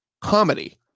comedy